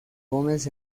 gomez